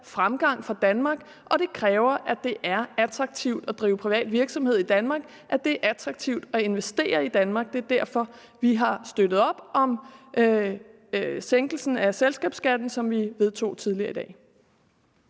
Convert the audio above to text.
fremgang for Danmark, og det kræver, at det er attraktivt at drive privat virksomhed i Danmark, at det er attraktivt at investere i Danmark. Det er derfor, vi har støttet op om sænkelsen af selskabsskatten, som vi vedtog tidligere i dag.